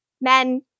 Men